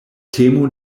temo